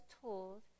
tools